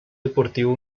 deportivo